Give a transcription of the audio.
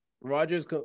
Rogers